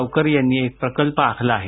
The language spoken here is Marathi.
गावकर यांनी एक प्रकल्प आखला आहे